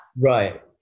Right